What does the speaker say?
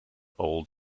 old